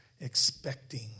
expecting